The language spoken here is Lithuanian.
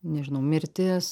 nežinau mirtis